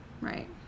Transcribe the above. Right